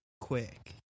quick